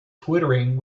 twittering